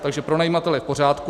Takže pronajímatel je v pořádku.